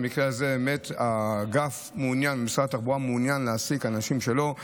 במקרה הזה משרד התחבורה מעוניין להעסיק אנשים שלו,